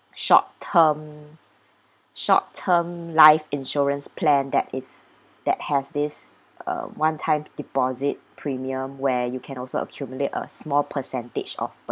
short term short term life insurance plan that is that has this uh one time deposit premium where you can also accumulate a small percentage of